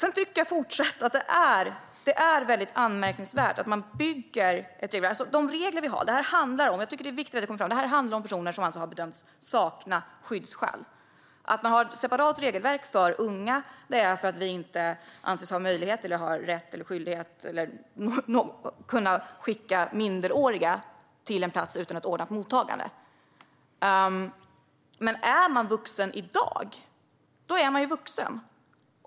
Jag tycker att det är anmärkningsvärt. Det är viktigt att det kommer fram att det här handlar om personer som har bedömts sakna skyddsskäl. Det är ett separat regelverk för unga eftersom vi inte anses kunna skicka minderåriga till en plats utan ett ordnat mottagande. Men om man är vuxen i dag är man ju vuxen.